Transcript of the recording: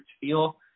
feel